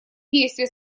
действия